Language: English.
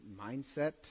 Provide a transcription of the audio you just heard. mindset